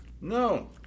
No